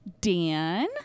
Dan